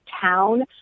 town